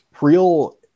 real